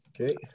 Okay